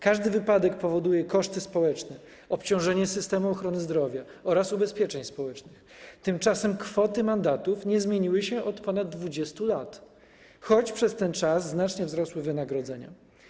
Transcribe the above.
Każdy wypadek powoduje koszty społeczne, obciążenie systemu ochrony zdrowia oraz ubezpieczeń społecznych, tymczasem kwoty mandatów nie zmieniły się od ponad 20 lat, choć przez ten czas znacznie wzrosły wynagrodzenia.